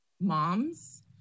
moms